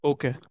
Okay